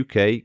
UK